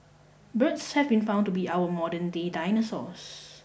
birds have been found to be our modernday dinosaurs